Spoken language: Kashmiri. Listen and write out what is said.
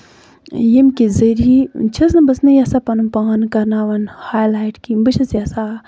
ییٚمہِ کہِ ذٔریعہٕ چھَس نہٕ بہٕ چھَس نہٕ یَژھان پَنُن پان کَرناوُن ہاےلَیٹ کیٚنٛہہ بہٕ چھَس یَژھان